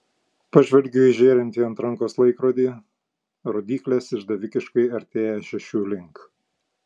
pažvelgiu į žėrintį ant rankos laikrodį rodyklės išdavikiškai artėja šešių link